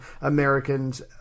Americans